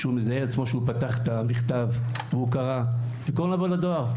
שהוא מזהה את עצמו כשהוא פתח את המכתב והוא קרא במקום לבוא לדואר.